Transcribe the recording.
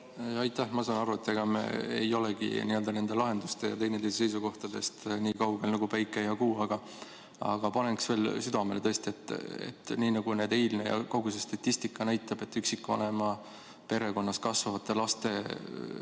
Aitäh! Ma saan aru, et ega me ei olegi nende lahendustega teineteise seisukohtadest nii kaugel nagu päike ja kuu. Aga panen südamele tõesti, et nii nagu eilne [arutelu] ja kogu see statistika näitab, on üksikvanema perekonnas kasvavate laste